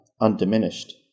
undiminished